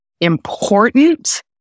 important